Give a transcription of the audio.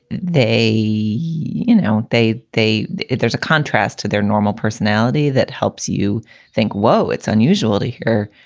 they you know, they they they there's a contrast to their normal personality that helps you think, whoa. it's unusual to hear,